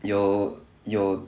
有有